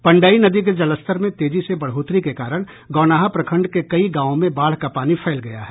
पंडई नदी के जलस्तर में तेजी से बढ़ोतरी के कारण गौनाहा प्रखंड के कई गांवों में बाढ़ का पानी फैल गया है